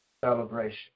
celebration